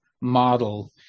model